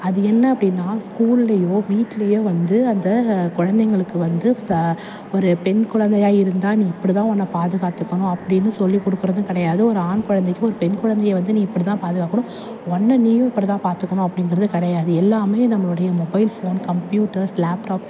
அது என்ன அப்படின்னா ஸ்கூல்லேயோ வீட்லேயோ வந்து அந்த குழந்தைங்களுக்கு வந்து ச ஒரு பெண் குழந்தையா இருந்தா நீ இப்படி தான் உன்னை பாதுகாத்துக்கணும் அப்படின்னு சொல்லிக்கொடுக்கறதும் கிடையாது ஒரு ஆண் குழந்தைக்கி ஒரு பெண் குழந்தைய வந்து நீ இப்படி தான் பாதுகாக்கணும் ஒன்று நீயும் இப்படி தான் பாத்துக்கணும் அப்படிங்கிறது கிடையாது எல்லாம் நம்மளுடைய மொபைல் ஃபோன் கம்பியூட்டர்ஸ் லேப்டாப்